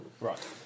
Right